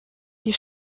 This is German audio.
die